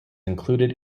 included